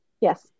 Yes